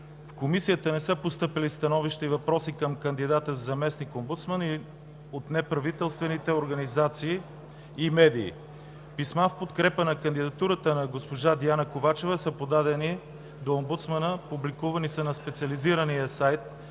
В Комисията не са постъпили становища и въпроси към кандидата за заместник-омбудсман от неправителствени организации и медии. Писма в подкрепа на кандидатурата на госпожа Диана Ковачева са подадени до омбудсмана, публикувани са на специализирания сайт